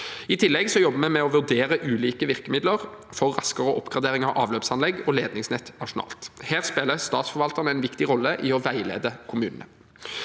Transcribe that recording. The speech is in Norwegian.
I tillegg jobber vi med å vurdere ulike virkemidler for raskere oppgradering av avløpsanlegg og ledningsnett nasjonalt. Her spiller statsforvalteren en viktig rolle i å veilede kommunene.